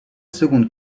seconde